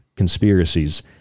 conspiracies